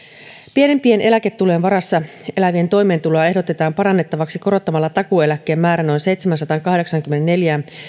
pienimpien eläketulojen varassa elävien toimeentuloa ehdotetaan parannettavaksi korottamalla takuueläkkeen määrä noin seitsemäänsataankahdeksaankymmeneenneljään